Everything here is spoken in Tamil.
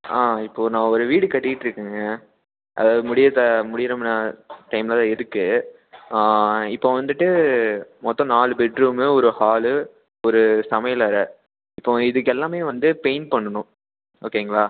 ஆ இப்போது நான் ஒரு வீடு கட்டிட்டு இருக்கேன்ங்க அதாவது முடிய ப முடிகிற ந டைமில் தான் இருக்குது இப்போது வந்துவிட்டு மொத்தம் நாலு பெட்ரூமு ஒரு ஹாலு ஒரு சமையல் அறை இப்போது இதுக்கெல்லாமே வந்து பெயிண்ட் பண்ணணும் ஓகேங்களா